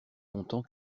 content